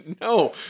No